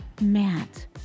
Matt